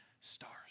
stars